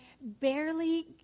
barely